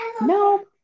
No